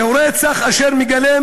זהו רצח אשר מגלם